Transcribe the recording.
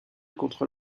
contre